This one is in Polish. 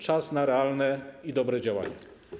Czas na realne i dobre działania.